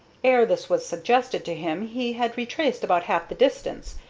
ere this was suggested to him he had retraced about half the distance,